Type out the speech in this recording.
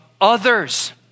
others